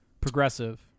Progressive